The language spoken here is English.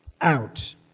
out